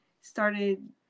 started